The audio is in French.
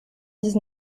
dix